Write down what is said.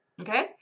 Okay